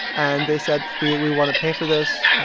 and they said, we we want to pay for this.